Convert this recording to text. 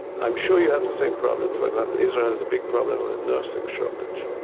i'm sure you have the same problem, for example, israel has a big problem with a nursing shortage.